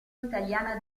italiana